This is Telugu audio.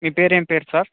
మీ పేరేం పేరు సార్